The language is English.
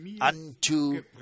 unto